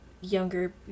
younger